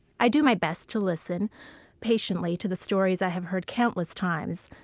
i do my best to listen patiently to the stories i have heard countless times,